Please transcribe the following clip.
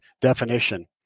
definition